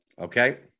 Okay